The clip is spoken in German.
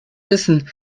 wissen